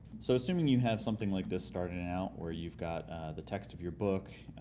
so, assuming you have something like this starting out where you've got the text of your book,